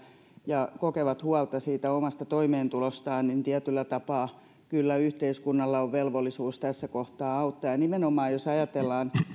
ja kokevat huolta omasta toimeentulostaan niin tietyllä tapaa kyllä yhteiskunnalla on velvollisuus tässä kohtaa auttaa nimenomaan